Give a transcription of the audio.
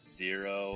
zero